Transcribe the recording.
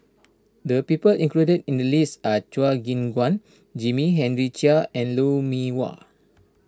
the people included in the list are Chua Gim Guan Jimmy Henry Chia and Lou Mee Wah